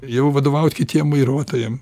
jau vadovaut kitiem vairuotojam